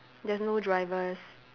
there's no drivers